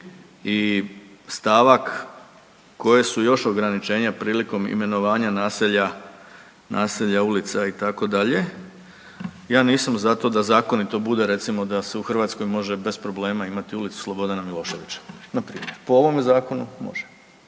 i stavak koja su još ograničenja prilikom imenovanja naselja, naselja ulica itd.. Ja nisam za to da zakonito bude recimo da se u Hrvatskoj može bez problema može imati ulicu Slobodana Miloševića, npr.. Po ovome zakonu može